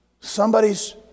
Somebody's